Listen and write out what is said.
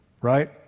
right